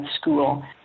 school